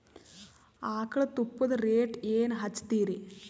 ಆಕಳ ತುಪ್ಪದ ರೇಟ್ ಏನ ಹಚ್ಚತೀರಿ?